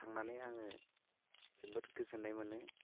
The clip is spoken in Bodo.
थांनानै आङो जोबोर गोजोननाय मोनो